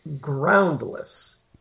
groundless